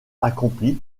accompli